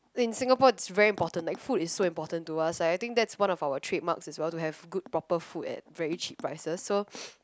in Singapore it's very important like food is so important to us like I think that's one of our trademarks as well to have good proper food at very cheap prices so